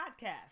podcast